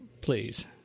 please